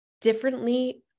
differently